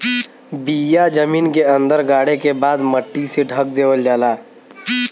बिया जमीन के अंदर गाड़े के बाद मट्टी से ढक देवल जाला